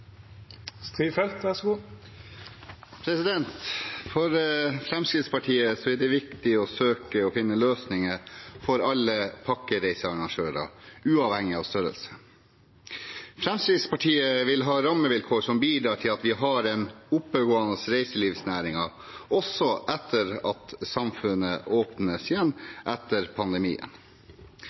For Fremskrittspartiet er det viktig å søke å finne løsninger for alle pakkereisearrangører, uavhengig av størrelse. Fremskrittspartiet vil ha rammevilkår som bidrar til at vi har en oppegående reiselivsnæring også etter at samfunnet åpnes igjen etter pandemien.